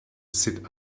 sit